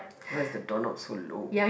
why is the door knob so low